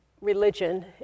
religion